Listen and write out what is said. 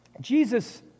Jesus